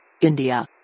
India